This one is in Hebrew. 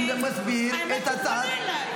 האמת שהוא פנה אליי.